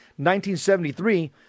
1973